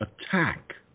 attack